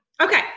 Okay